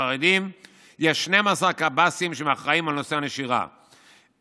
החרדיים יש 12 קב"סים שאחראים על נושא הנשירה אצלם,